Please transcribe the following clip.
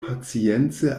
pacience